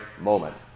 moment